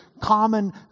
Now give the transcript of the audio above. common